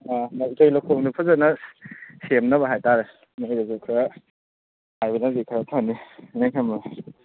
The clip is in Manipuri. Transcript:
ꯑꯥ ꯃꯥꯏ ꯏꯊꯩ ꯂꯧꯈꯣꯡꯗꯨ ꯐꯖꯅ ꯁꯦꯝꯅꯕ ꯍꯥꯏꯇꯥꯔꯦ ꯃꯈꯣꯏꯗꯁꯨ ꯈꯔ ꯍꯥꯏꯕꯅꯗꯤ ꯈꯔ ꯊꯝꯃꯤ